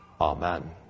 Amen